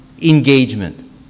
engagement